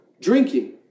drinking